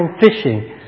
fishing